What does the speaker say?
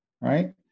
right